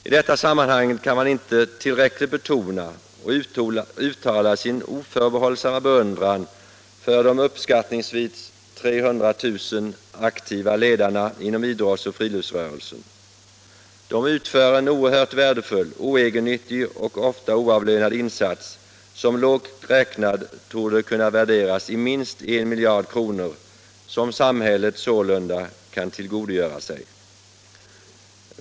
I detta sammanhang kan man inte tillräckligt betona och uttala sin oförbehållsamma beundran för de uppskattningsvis 300 000 aktiva ledarna inom idrottsoch friluftsrörelsen. De utför en oerhört värdefull, oegennyttig och ofta oavlönad insats, vilken lågt räknat torde kunna värderas till minst 1 miljard kronor, som samhället sålunda kan tillgodogöra sig.